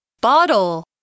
bottle